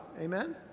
amen